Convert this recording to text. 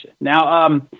Now